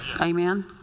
Amen